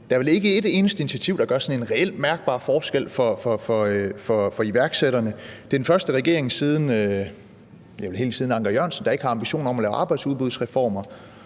Der er vel ikke et eneste initiativ, der gør sådan en reel, mærkbar forskel for iværksætterne. Det er den første regering – vel siden Anker Jørgensen – der ikke har ambitioner om at lave arbejdsudbudsreformer.